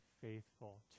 faithful